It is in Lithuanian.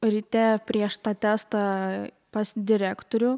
ryte prieš tą testą pas direktorių